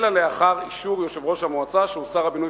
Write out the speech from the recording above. אלא לאחר אישור יושב-ראש המועצה שהוא שר הבינוי